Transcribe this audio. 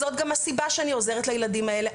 זאת גם הסיבה שאני עוזרת לילדים האלה,